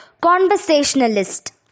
conversationalist